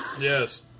Yes